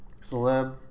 Celeb